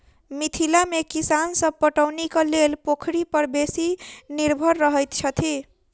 मिथिला मे किसान सभ पटौनीक लेल पोखरि पर बेसी निर्भर रहैत छथि